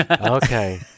Okay